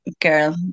girl